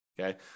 Okay